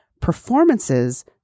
performances